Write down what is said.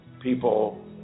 people